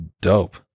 dope